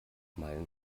meilen